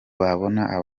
babona